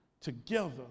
together